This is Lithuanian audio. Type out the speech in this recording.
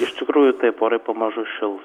iš tikrųjų taip orai pamažu šils